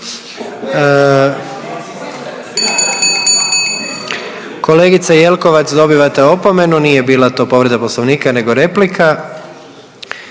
Kolegice Jelkovac dobivate opomenu, nije bila to povreda Poslovnika nego replika.